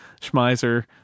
Schmeiser